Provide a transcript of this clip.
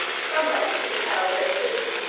from whence she beheld, at sea,